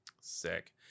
Sick